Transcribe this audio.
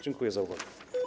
Dziękuję za uwagę.